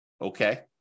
Okay